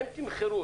הם תמחרו,